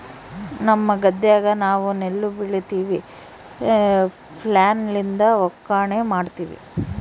ನಮ್ಮ ಗದ್ದೆಗ ನಾವು ನೆಲ್ಲು ಬೆಳಿತಿವಿ, ಫ್ಲ್ಯಾಯ್ಲ್ ಲಿಂದ ಒಕ್ಕಣೆ ಮಾಡ್ತಿವಿ